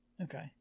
Okay